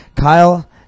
Kyle